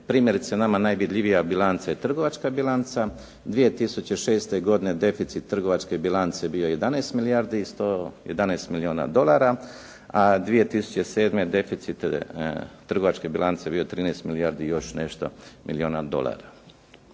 primjerice nama najvidljivija bilanca je trgovačka bilanca, 2006. godine deficit trgovačke bilance bio je 11 milijardi 111 milijuna dolara, a 2007. deficit trgovačke bilance je bio 13 milijardi i još nešto milijuna dolara.